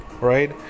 right